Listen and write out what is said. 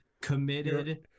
committed